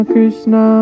Krishna